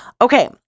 okay